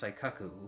Saikaku